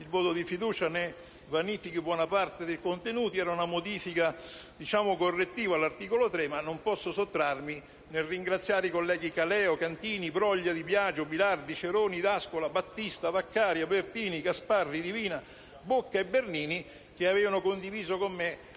il voto di fiducia vanifichi buona parte dei contenuti): si trattava di una modifica correttiva all'articolo 3. Non posso però sottrarmi dal ringraziare i colleghi Caleo, Cantini, Broglia, Di Biagio, Bilardi, Ceroni, D'Ascola, Battista, Vaccari, Albertini, Gasparri, Divina, Bocca e Bernini, che avevano condiviso con me